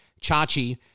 Chachi